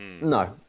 No